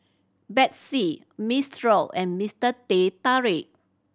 Betsy Mistral and Mister Teh Tarik